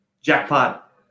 jackpot